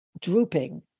drooping